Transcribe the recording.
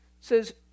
says